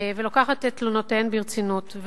ולוקחת את תלונותיהן ברצינות.